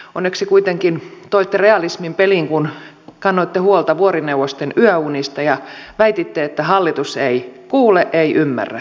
onneksi kuitenkin toitte realismin peliin kun kannoitte huolta vuorineuvosten yöunista ja väititte että hallitus ei kuule ei ymmärrä